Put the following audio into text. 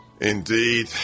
Indeed